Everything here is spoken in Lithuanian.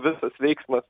visas veiksmas